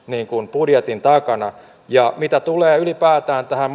budjetin takana ja mitä tulee ylipäätään tähän